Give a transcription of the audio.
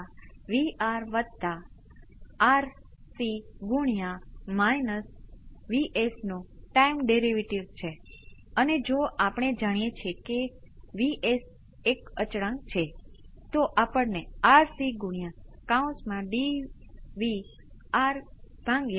તેથી આ કરવાની આ એક રીત છે તમે કરી શકો છો તે કરવા માટેની અન્ય કોઈ રીત તમે કરી શકો છો મારો મતલબ કે આપણે જાણીએ છીએ આપણે શું જાણ્યું અત્યાર સુધી